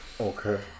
okay